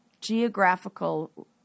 Geographical